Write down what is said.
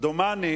מה קרה?